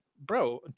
Bro